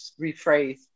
rephrase